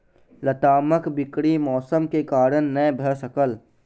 लतामक बिक्री मौसम के कारण नै भअ सकल